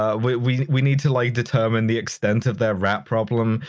ah, we we need to, like, determine the extent of their rat problem.